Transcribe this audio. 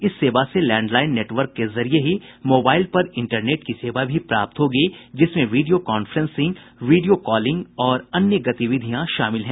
इस सेवा से लैंडलाइन नेटवर्क के जरिए ही मोबाइल पर इंटरनेट की सेवा भी प्राप्त होगी जिसमें वीडियो कांफ्रेंसिंग वीडियो कॉलिंग और अन्य गतिविधियां शामिल हैं